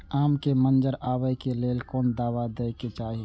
आम के मंजर आबे के लेल कोन दवा दे के चाही?